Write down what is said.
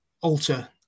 alter